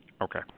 Okay